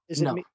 No